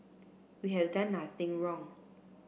we have done nothing wrong